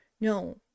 No